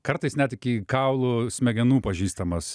kartais net iki kaulų smegenų pažįstamas